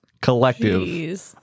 collective